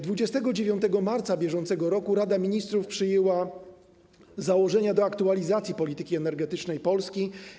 29 marca br. Rada Ministrów przyjęła założenia do aktualizacji polityki energetycznej Polski.